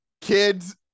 kids